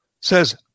says